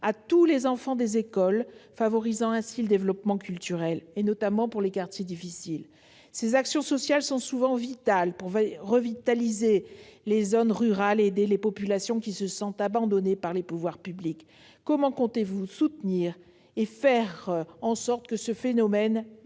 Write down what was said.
à tous les enfants des écoles, favorisant ainsi le développement culturel, notamment dans les quartiers difficiles. Ces actions sociales sont souvent vitales pour revitaliser les zones rurales et aider les populations qui se sentent abandonnées par les pouvoirs publics. Comment comptez-vous soutenir ces initiatives et faire en sorte que cette dynamique se perpétue ?